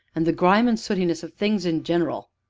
and the grime and sootiness of things in general.